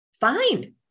Fine